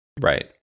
right